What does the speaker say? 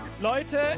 Leute